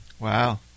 wow